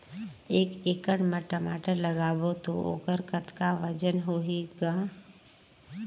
एक एकड़ म टमाटर लगाबो तो ओकर कतका वजन होही ग?